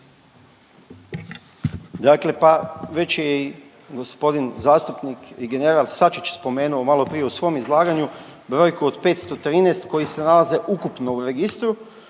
Dakle, pa već je i gospodin zastupnik i general Sačić spomenuo maloprije u svom izlaganju brojku od 513 koji se nalaze ukupno u registru,